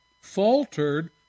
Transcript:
faltered